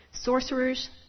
sorcerers